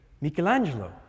Michelangelo